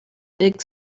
big